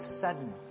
sudden